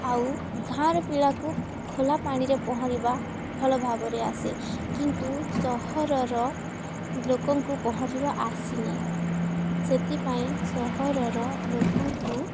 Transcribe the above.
ଆଉ ଗାଁର ପିଲାକୁ ଖୋଲା ପାଣିରେ ପହଁରିବା ଭଲ ଭାବରେ ଆସେ କିନ୍ତୁ ସହରର ଲୋକଙ୍କୁ ପହଁରିବା ଆସିନି ସେଥିପାଇଁ ସହରର ଲୋକଙ୍କୁ